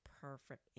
perfect